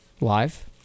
live